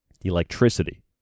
Electricity